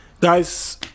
guys